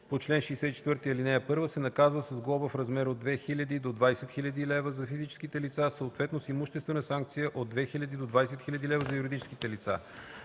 по чл. 66, ал. 1, се наказва с глоба в размер от 1000 до 10 000 лв. за физическите лица, съответно с имуществена санкция в размер от 2000 до 20 000 лв. за юридическите лица.”